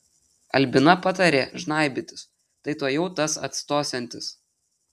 albina patarė žnaibytis tai tuojau tas atstosiantis